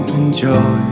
enjoy